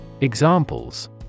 Examples